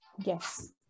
Yes